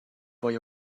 fwy